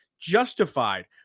justified